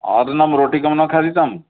अधुना रोटिकां न खादितम्